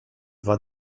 war